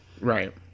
Right